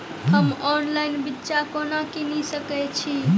हम ऑनलाइन बिच्चा कोना किनि सके छी?